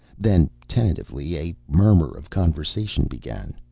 then, tentatively, a murmur of conversation began.